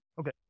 Okay